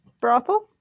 Brothel